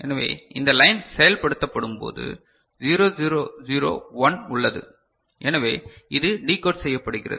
எனவே இந்த லைன் செயல்படுத்தப்படும்போது 0 0 0 1 உள்ளது எனவே இது டிகோட் செய்யப்படுகிறது